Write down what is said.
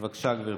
בבקשה, גברתי.